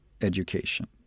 Education